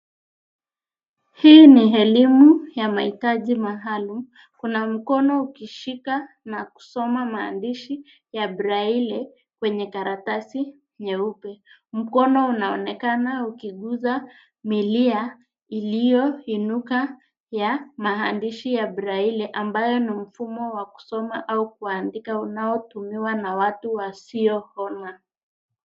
Hii ni elimu ya mahitaji maalumu. Kuna mkono ukishika na kusoma maandishi ya breli kwenye karatasi nyeupe. Mkono unaonekana ukiguza milia iliyo inuka ya maandishi ya breli ambayo ni mfumo wa kusoma au kuandika unaotumiwa na watu wasioona.